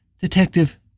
Detective